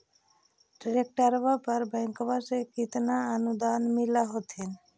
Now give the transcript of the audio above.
ट्रैक्टरबा पर बैंकबा से कितना अनुदन्मा मिल होत्थिन?